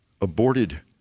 aborted